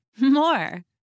more